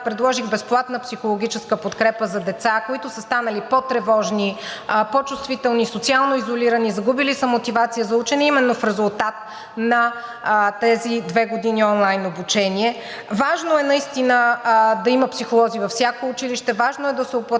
предложих безплатна психологическа подкрепа за деца, които са станали по-тревожни, по чувствителни, социално изолирани, изгубили са мотивация за учене именно в резултат на тези две години онлайн обучение. Важно е наистина да има психолози във всяко училище, важно е да се уплътняват